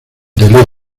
del